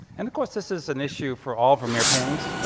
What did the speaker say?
and course this is an issue for all vermeer paintings,